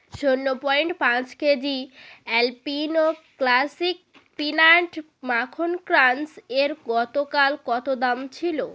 শূন্য পয়েন্ট পাঁচ KG Alpino classic peanut মাখন ক্রাঞ্চ এর গতকাল কত দাম ছিল